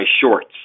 Shorts